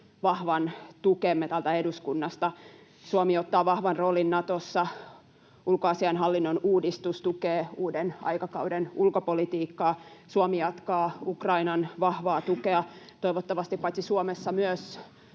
vahvan tukemme täältä eduskunnasta. Suomi ottaa vahvan roolin Natossa. Ulkoasiainhallinnon uudistus tukee uuden aikakauden ulkopolitiikkaa. Suomi jatkaa Ukrainan vahvaa tukea. Toivottavasti paitsi Suomessa myös